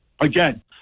again